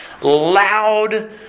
Loud